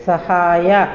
ಸಹಾಯ